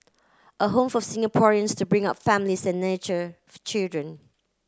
a home for Singaporeans to bring up families and nurture for children